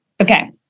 okay